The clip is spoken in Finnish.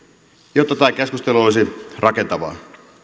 jotta tämä keskustelu olisi rakentavaa